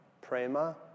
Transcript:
prema